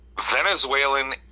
Venezuelan